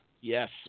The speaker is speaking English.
Yes